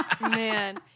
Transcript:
Man